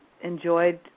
enjoyed